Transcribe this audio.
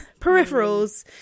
peripherals